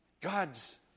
God's